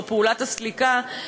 או פעולת הסליקה,